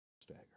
stagger